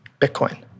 Bitcoin